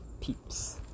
peeps